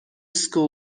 school